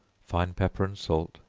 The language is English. fine pepper and salt,